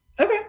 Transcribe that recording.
Okay